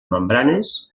membranes